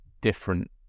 different